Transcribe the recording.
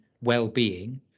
well-being